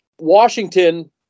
Washington